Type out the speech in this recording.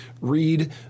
read